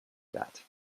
that